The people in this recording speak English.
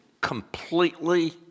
completely